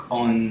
on